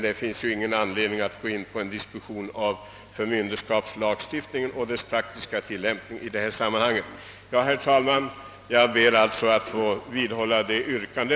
Det finns ingen anledning att i detta sammanhang gå in på en diskus Herr talman! Jag ber alltså att få vidhålla mitt yrkande,